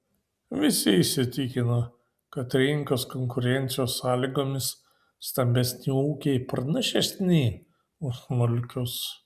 visi įsitikino kad rinkos konkurencijos sąlygomis stambesni ūkiai pranašesni už smulkius